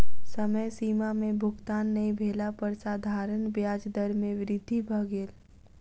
समय सीमा में भुगतान नै भेला पर साधारण ब्याज दर में वृद्धि भ गेल